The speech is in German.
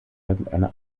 irgendeine